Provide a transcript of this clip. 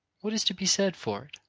what is to be said for it?